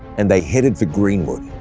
and they headed for greenwood.